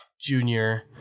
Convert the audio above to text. junior